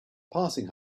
passing